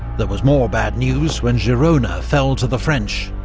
there was more bad news when girona fell to the french,